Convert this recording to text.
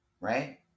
right